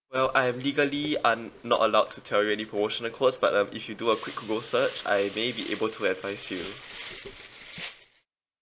well I'm legally I'm not allowed to tell you any promotional codes but um if you do a quick google search I may be able to advise you